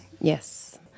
Yes